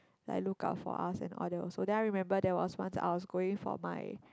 like look out for us and all that also then I remember there was once I was going for my